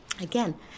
Again